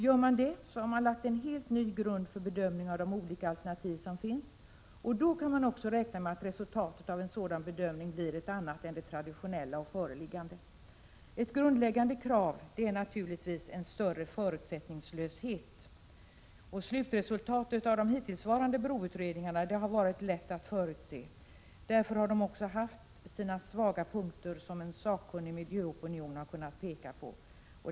Gör man det, har man lagt en helt ny grund för bedömningen av de olika alternativ som finns, och då kan man också räkna med att resultatet av en sådan bedömning blir ett annat än det traditionella och föreliggande. Ett grundläggande krav är naturligtvis en större förusättningslöshet. Slutresultatet av de hittillsvarande broutredningarna har varit lätt att förutse. Broutredningarna har haft sina svaga punkter, som en sakkunnig miljöopinion har kunnat peka på.